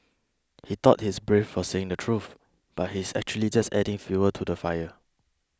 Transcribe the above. he thought he's brave for saying the truth but he's actually just adding fuel to the fire